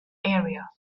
area